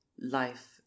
life